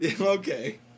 Okay